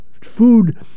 food